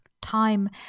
time